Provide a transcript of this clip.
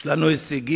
יש לנו הישגים